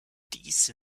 dies